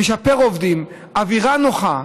לשפר, אווירה נוחה,